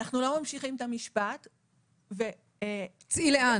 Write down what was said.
אנחנו לא ממשיכים את המשפט והמילה הזו "צאי".